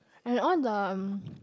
and all the